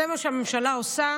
זה מה שהממשלה עושה.